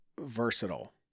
versatile